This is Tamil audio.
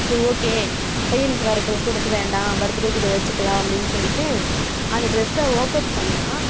சரி ஓகே பையனுக்கு வேறு டிரெஸ் எடுக்க வேண்டாம் பர்த் டேவுக்கு இதை வைச்சுக்கலாம் அப்படினு சொல்லிட்டு அந்த டிரெஸ்ஸை ஓப்பன் பண்ணால்